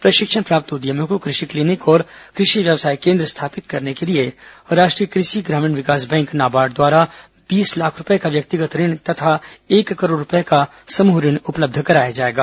प्रशिक्षण प्राप्त उद्यमियों को कृषि क्लीनिक और कृषि व्यवसाय केन्द्र स्थापित करने के लिए राष्ट्रीय कृषि ग्रामीण विकास बैंक नाबार्ड द्वारा बीस लाख रूपये का व्यक्तिगत ऋण तथा एक करोड़ रूपये तक समूह ऋण उपलब्ध कराया जाएगा